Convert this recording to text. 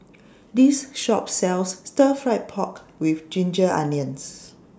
This Shop sells Stir Fried Pork with Ginger Onions